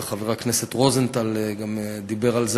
וגם חבר הכנסת רוזנטל דיבר על זה,